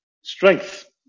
strength